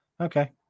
Okay